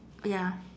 ya